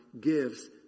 gives